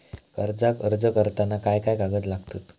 कर्जाक अर्ज करताना काय काय कागद लागतत?